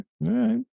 right